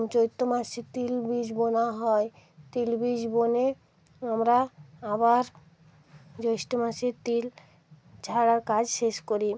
চৈত্র মাসে তিল বীজ বোনা হয় তিল বীজ বুনে আমরা আবার জ্যৈষ্ট মাসে তিল ঝাড়ার কাজ শেষ করি